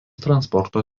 transporto